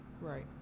Right